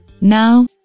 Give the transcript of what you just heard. Now